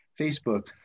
Facebook